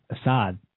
Assad